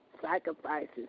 sacrifices